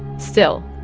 still,